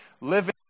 living